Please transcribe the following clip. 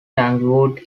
tanglewood